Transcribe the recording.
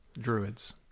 Druids